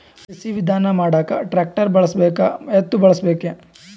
ಕೃಷಿ ವಿಧಾನ ಮಾಡಾಕ ಟ್ಟ್ರ್ಯಾಕ್ಟರ್ ಬಳಸಬೇಕ, ಎತ್ತು ಬಳಸಬೇಕ?